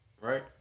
right